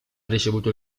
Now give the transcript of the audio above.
ricevuto